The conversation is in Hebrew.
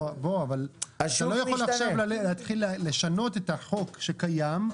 אתה לא יכול להתחיל עכשיו לשנות את החוק שקיים,